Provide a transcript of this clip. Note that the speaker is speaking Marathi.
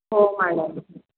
हो मॅडम